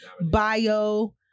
bio